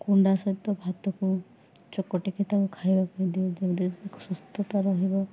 କୁଣ୍ଡା ସହିତ ଭାତକୁ ଚୋକଟିକି ତାକୁ ଖାଇବା ପାଇଁ ଦିଆଯାଏ ଯେମିତି ସୁସ୍ଥତା ରହିବ